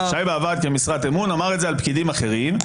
שי באב"ד כמשרת אמון אמר את זה על פקידים אחרים,